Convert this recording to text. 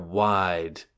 wide